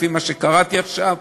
לפי מה שקראתי עכשיו.